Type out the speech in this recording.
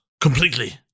Completely